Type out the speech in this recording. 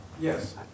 Yes